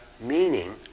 meaning